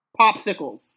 popsicles